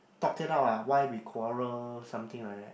talk it out lah why we quarrel something like that